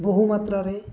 ବହୁମାତ୍ରାରେ